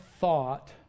thought